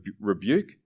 rebuke